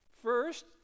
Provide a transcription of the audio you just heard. First